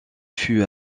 fut